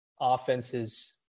offenses